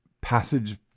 passage